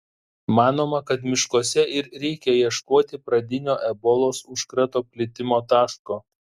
manoma kad miškuose ir reikia ieškoti pradinio ebolos užkrato plitimo taško